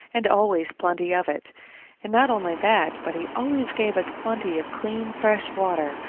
and always plenty of it and not only that, but he always gave us plenty of clean fresh water,